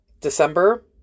December